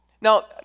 Now